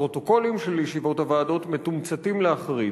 הפרוטוקולים של ישיבות הוועדה מתומצתים להחריד: